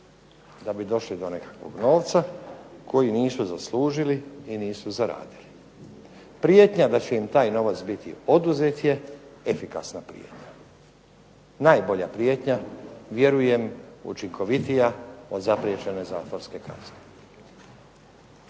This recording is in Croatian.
da bi došli do nekakvog novca koji nisu zaslužili i nisu zaradili. Prijetnja da će im taj novac biti oduzet je efikasna prijetnja, najbolja prijetnja, vjerujem učinkovitija od zapriječene zatvorske kazne.